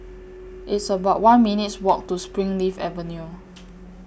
It's about one minutes' Walk to Springleaf Avenue